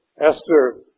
Esther